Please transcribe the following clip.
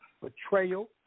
betrayal